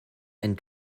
and